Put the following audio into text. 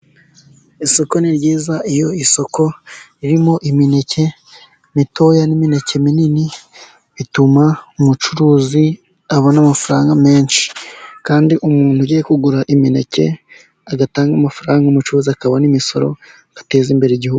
Isoko ni ryiza, iyo isoko ririmo imineke mitoya n'imineke minini, bituma umucuruzi abona amafaranga menshi. Kandi umuntu ugiye kugura imineke, agatanga amafaranga umucuruzi akabona imisoro, agateza imbere igihugu.